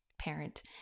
parent